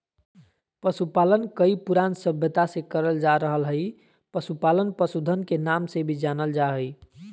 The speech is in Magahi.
पशुपालन कई पुरान सभ्यता से करल जा रहल हई, पशुपालन पशुधन के नाम से भी जानल जा हई